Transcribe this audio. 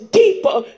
deeper